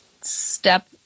step